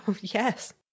yes